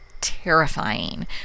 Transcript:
terrifying